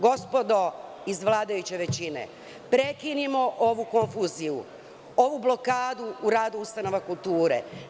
Gospodo iz vladajuće većine, prekinimo ovu konfuziju, ovu blokadu u radu ustanova kulture.